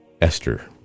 Esther